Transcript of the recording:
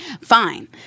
Fine